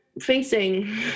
facing